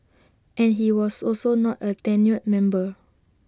and he was also not A tenured member